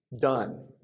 done